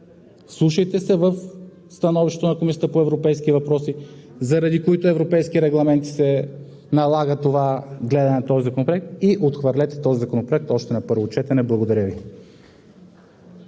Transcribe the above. вслушайте се в становището на Комисията по европейските въпроси, заради който европейски регламент се налага това гледане на този законопроект, и отхвърлете този законопроект още на първо четене. Благодаря Ви.